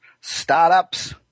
startups